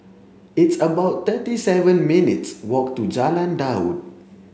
it's about thirty seven minutes' walk to Jalan Daud